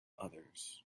others